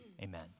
Amen